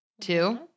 Two